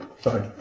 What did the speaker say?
Sorry